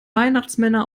weihnachtsmänner